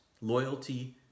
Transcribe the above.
loyalty